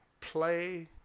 play